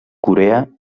corea